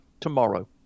tomorrow